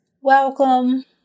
welcome